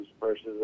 versus